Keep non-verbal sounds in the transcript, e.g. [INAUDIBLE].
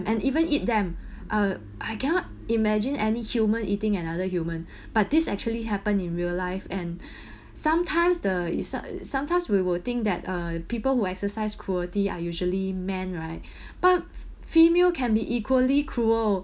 and even eat them [BREATH] uh I cannot imagine any human eating another human [BREATH] but this actually happen in real life and [BREATH] sometimes the it so sometimes we will think that uh people who exercise cruelty are usually men right [BREATH] but female can be equally cruel